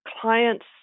clients